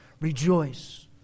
rejoice